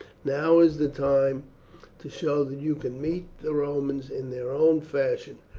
now is the time to show that you can meet the romans in their own fashion.